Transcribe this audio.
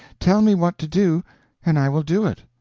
tell me what to do and i will do it.